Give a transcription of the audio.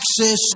access